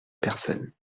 personnes